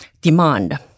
Demand